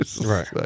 Right